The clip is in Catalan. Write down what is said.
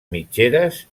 mitgeres